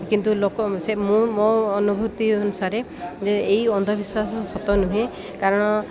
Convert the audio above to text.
କିନ୍ତୁ ଲୋକ ସେ ମୁଁ ମୋ ଅନୁଭୂତି ଅନୁସାରେ ଯେ ଏଇ ଅନ୍ଧବିଶ୍ୱାସ ସତ ନୁହେଁ କାରଣ